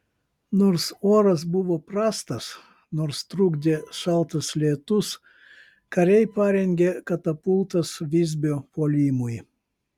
nors oras buvo prastas nors trukdė šaltas lietus kariai parengė katapultas visbio puolimui